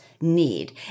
need